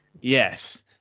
Yes